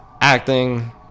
acting